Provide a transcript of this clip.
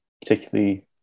particularly